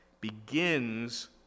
begins